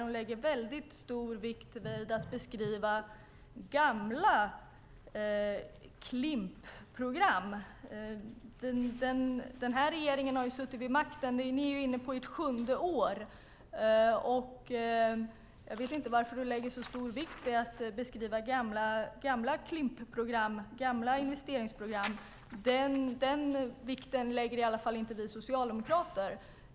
Hon lägger väldigt stor vikt vid att beskriva gamla Klimpprogram. Alliansregeringen är nu inne på sitt sjunde år, och jag vet inte varför hon lägger så stor vikt vid att beskriva gamla Klimpprogram, gamla investeringsprogram. Den vikten lägger inte vi socialdemokrater på dem.